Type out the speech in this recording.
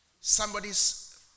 Somebody's